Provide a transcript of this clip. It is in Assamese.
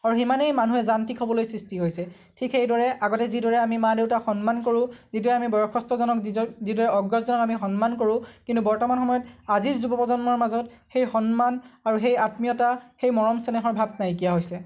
আৰু সিমানেই মানুহে যান্ত্ৰিক হ'বলৈ সৃষ্টি হৈছে ঠিক সেইদৰে আগতে যিদৰে আমি মা দেউতাক সন্মান কৰোঁ যিদৰে আমি বয়সস্থজনক যিদৰে অগ্ৰজজনক আমি সন্মান কৰোঁ কিন্তু বৰ্তমান সময়ত আজিৰ যুৱ প্ৰজন্মৰ মাজত সেই সন্মান আৰু সেই আত্মীয়তা সেই মৰম চেনেহৰ ভাৱ নাইকীয়া হৈছে